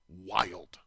wild